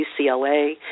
UCLA